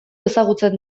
ezagutzen